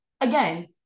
again